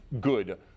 good